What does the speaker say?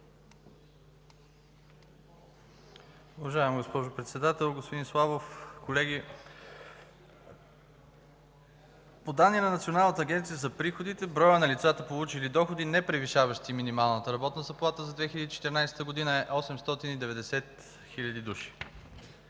Уважаема госпожо Председател, господин Славов, колеги! По данни на Националната агенция за приходите броят на лицата, получили доходи, непревишаващи минималната работна заплата за 2014 г., е 890 хил. души.